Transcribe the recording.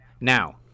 now